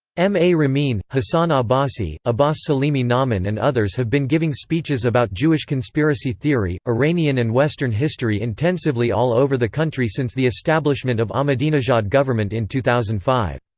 m a. ramin, hassan abbasi, abbas salimi namin and others have been giving speeches about jewish conspiracy theory, iranian and western history intensively all over the country since the establishment of ahmadinejad government in two thousand and five.